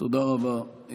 תודה רבה.